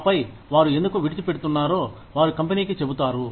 ఆపై వారు ఎందుకు విడిచిపెట్టుతున్నారో వారు కంపెనీకి చెబుతారు